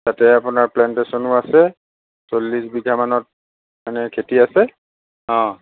তাতে আপোনাৰ প্লেণ্টেশ্যনো আছে চল্লিছ বিঘামানত মানে খেতি আছে অ'